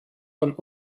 von